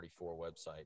website